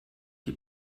die